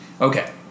Okay